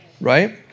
right